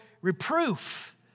reproof